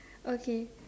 okay